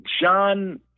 John